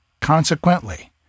Consequently